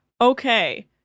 Okay